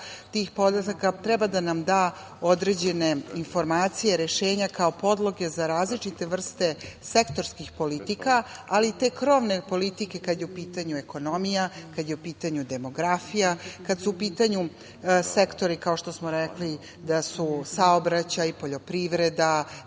tih podataka treba da nam da određene informacije, rešenja kao podloge za različite vrste sektorskih politika, ali te krovne politike kad je u pitanju ekonomija, kad je u pitanju demografija, kad su u pitanju sektori kao što smo rekli da su saobraćaj, poljoprivreda,